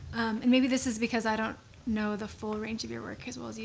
and maybe this is because i don't know the full range of your work as well as you